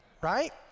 right